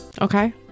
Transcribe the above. Okay